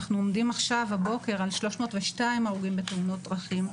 אנחנו עומדים הבוקר על 302 הרוגים בתאונות דרכים.